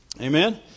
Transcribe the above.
Amen